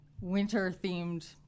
winter-themed